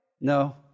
No